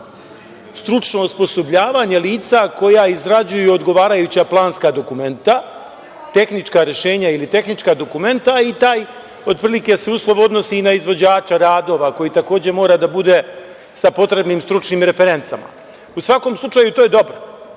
stručno osposobljavanje lica koja izrađuju odgovarajuća planska dokumenta, tehnička rešenja ili tehnička dokumenta i taj se uslov otprilike odnosi i na izvođača radova koji takođe mora da bude sa potrebnim stručnim referencama.U svakom slučaju, to je dobro.